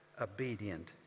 obedient